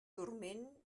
dorment